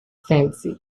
fancy